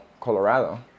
Colorado